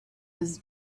was